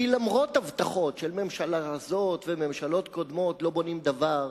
כי למרות ההבטחות של הממשלה הזאת וממשלות קודמות לא בונים דבר,